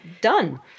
Done